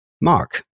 Mark